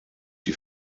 die